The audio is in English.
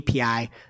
API